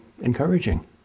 encouraging